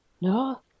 no